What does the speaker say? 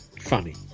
Funny